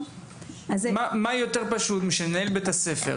מה יותר פשוט בשביל מנהל בית הספר,